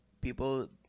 people